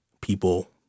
people